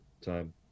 time